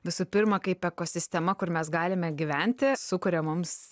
visų pirma kaip ekosistema kur mes galime gyventi sukuria mums